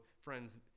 friends